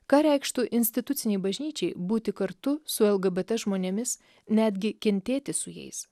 ką reikštų institucinei bažnyčiai būti kartu su lgbt žmonėmis netgi kentėti su jais